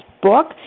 Book